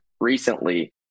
recently